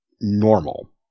normal